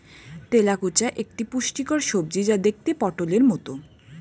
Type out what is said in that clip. তেলাকুচা একটি পুষ্টিকর সবজি যা দেখতে পটোলের মতো